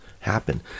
happen